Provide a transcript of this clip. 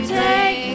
take